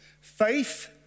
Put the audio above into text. faith